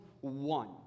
one